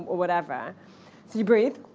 or whatever. so you breathe.